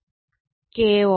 594 kVAr